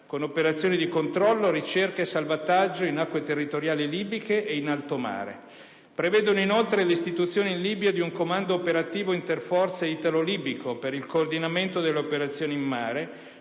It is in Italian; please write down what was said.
con operazioni di controllo, ricerca e salvataggio in acque territoriali libiche e in alto mare. Essi prevedono inoltre l'istituzione in Libia di un Comando operativo interforze italo-libico per il coordinamento delle operazioni in mare,